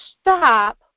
stop